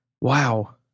Wow